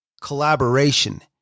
collaboration